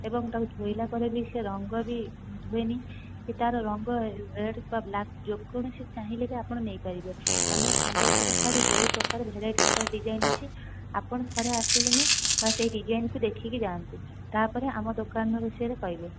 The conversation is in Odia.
ଏବଂ ତା'କୁ ଧୋଇଲା ପରେ ବି ସେ ରଙ୍ଗ ବି ଧୁଏନି କି ତା'ର ରଙ୍ଗ ରେଡ଼୍ ବା ବ୍ଲାକ୍ ଯେକୌଣସି ଚାହିଁଲେ ବି ଆପଣ ନେଇପାରିବେ ଆମର ସମ୍ବଲପୁରୀ ଶାଢ଼ୀ ବହୁ ପ୍ରକାର ଭେରାଇଟି ପ୍ରକାର ଡିଜାଇନ୍ ଅଛି ଆପଣ ଥରେ ଆସିକିନି ବାସ୍ ସେହି ଡିଜାଇନ୍କୁ ଦେଖିକି ଯାନ୍ତୁ ତା'ପରେ ଆମ ଦୋକାନ ବିଷୟରେ କହିବେ